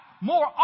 more